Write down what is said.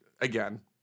again